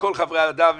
שכל חברי הוועדה מבינים,